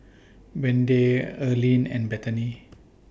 Wende Earline and Bethany